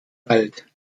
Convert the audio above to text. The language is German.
bald